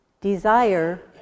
Desire